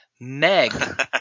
Meg